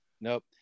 Nope